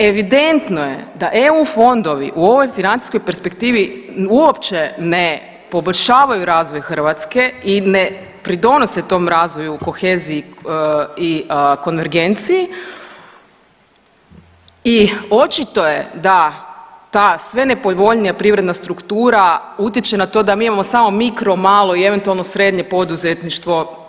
Evidentno je da EU fondovi u ovoj financijskoj perspektivi uopće ne poboljšavaju razvoj Hrvatske i ne pridonose tom razvoju koheziji i konvergenciji i očito je da ta sve nepovoljnija privredna struktura utječe na to da mi imamo samo mikro, malo i eventualno srdnje poduzetništvo.